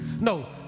No